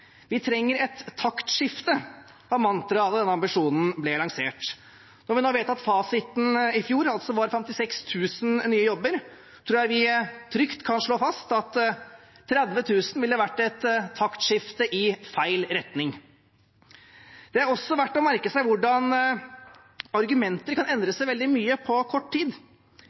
Vi trenger et taktskifte, var mantraet da denne ambisjonen ble lansert. Når man da vet at fasiten i fjor var 56 000 nye jobber, tror jeg vi trygt kan slå fast at 30 000 ville ha vært et taktskifte i feil retning. Det er også verdt å merke seg hvordan argumenter kan endre seg veldig mye på kort tid.